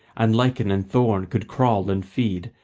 and lichen and thorn could crawl and feed,